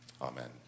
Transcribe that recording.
amen